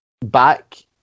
back